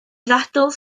ddadl